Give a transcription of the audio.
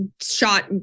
shot